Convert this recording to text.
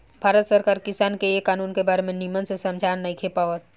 भारत सरकार किसान के ए कानून के बारे मे निमन से समझा नइखे पावत